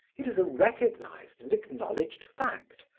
it is a recognized and acknowledged fact.